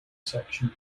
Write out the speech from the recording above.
section